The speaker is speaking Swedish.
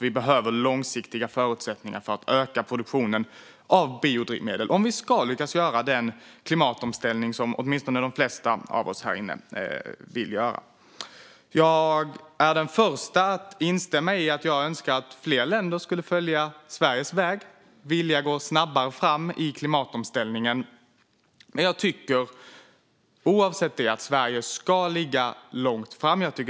Vi behöver långsiktiga förutsättningar för att öka produktionen av biodrivmedel om vi ska lyckas göra den klimatomställning som åtminstone de flesta av oss här vill göra. Jag är den första att önska att fler länder skulle följa Sveriges väg och vilja gå snabbare fram i klimatomställningen. Men oavsett det tycker jag att Sverige ska ligga långt fram.